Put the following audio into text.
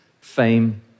fame